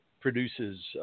produces